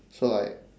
so like